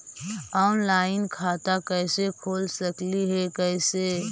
Online खाता कैसे खोल सकली हे कैसे?